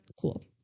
cool